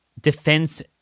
defense